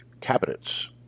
cabinets